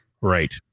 Right